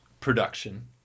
production